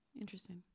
Interesting